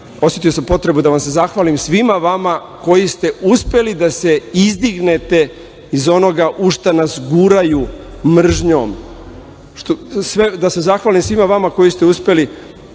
osetio sam potrebu da se zahvalim svima vama koji ste uspeli da se izdignete iz onoga u šta nas guraju mržnjom, da se zahvalim svima vama koji ste uspeli